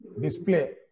Display